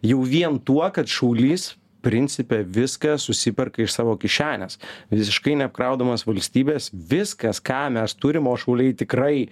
jau vien tuo kad šaulys principe viską susiperka iš savo kišenės visiškai neapkraudamas valstybės viskas ką mes turim o šauliai tikrai